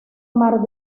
mar